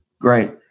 Great